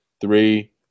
three